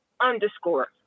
underscore